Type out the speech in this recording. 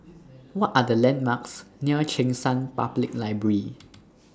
What Are The landmarks near Cheng San Public Library